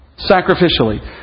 sacrificially